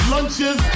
Lunches